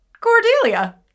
Cordelia